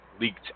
leaked